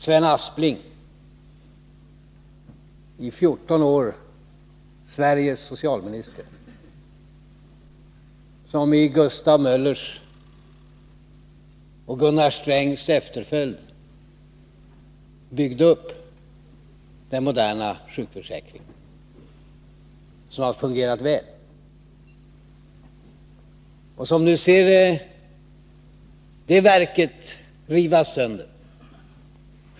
Sven Aspling, som i 14 år varit Sveriges socialminister och som i Gustav Möllers och Gunnar Strängs efterföljd byggde upp den moderna sjukförsäkringen, som har fungerat väl, får nu se det verket rivas sönder.